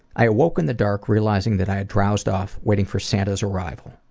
i awoke in the dark realizing that i had drowsed off waiting for santa's arrival.